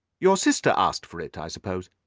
your sister asked for it, i suppose?